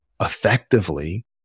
effectively